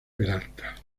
peralta